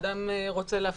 אדם רוצה להפקיד.